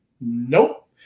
Nope